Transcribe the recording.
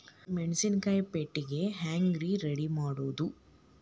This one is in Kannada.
ಮೆಣಸಿನಕಾಯಿನ ಪ್ಯಾಟಿಗೆ ಹ್ಯಾಂಗ್ ರೇ ರೆಡಿಮಾಡೋದು?